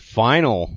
final